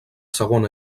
segona